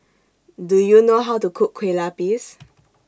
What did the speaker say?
Do YOU know How to Cook Kueh Lapis